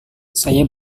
saya